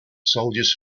soldiers